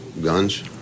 guns